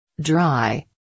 Dry